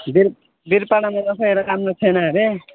वीर वीरपाडामा रहेछ एउटा राम्रो छैन अरे